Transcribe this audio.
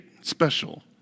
special